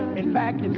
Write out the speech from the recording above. in fact, and